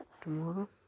tomorrow